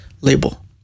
label